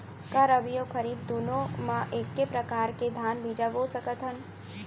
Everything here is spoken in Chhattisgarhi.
का रबि अऊ खरीफ दूनो मा एक्के प्रकार के धान बीजा बो सकत हन?